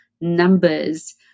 numbers